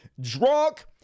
drunk